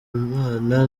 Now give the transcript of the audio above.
imana